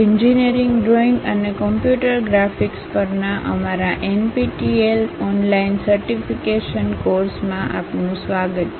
engineering drawing અને computer graphics પરના અમારા એનપીટીઈએલ ઓનલાઇન સર્ટિફિકેશન કોર્સમાં આપનું સ્વાગત છે